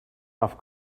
off